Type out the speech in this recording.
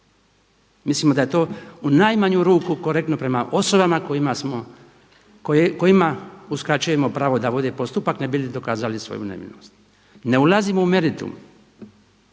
Mislimo da je to u najmanju ruku korektno prema osobama kojima uskraćujemo pravo da vode postupak ne bi li dokazali svoju nevinost. Ne ulazimo u meritum